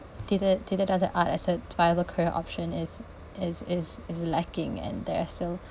did a did another art as a viable career option is is is is lacking and there's still